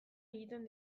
egiten